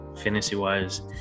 Fantasy-wise